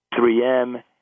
3M